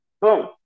Boom